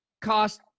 cost